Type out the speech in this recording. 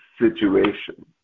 situation